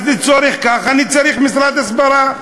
אז לצורך כך אני צריך משרד הסברה.